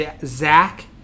Zach